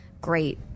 great